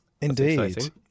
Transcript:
Indeed